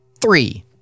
three